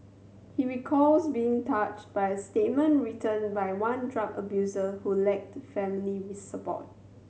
he recalls being touched by a statement written by one drug abuser who lacked family support